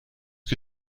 que